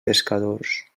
pescadors